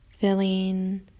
filling